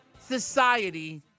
society